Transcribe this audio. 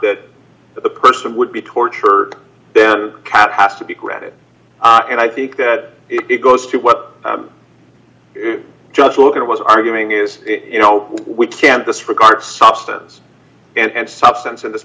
that the person would be tortured then cap has to be granted and i think that it goes to what you just look it was arguing is you know we can't disregard substance and substance in this